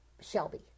Shelby